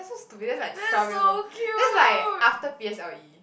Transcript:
so stupid that's like twelve years old that's like after p_s_l_e